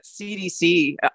CDC